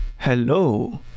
Hello